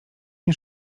nie